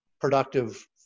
productive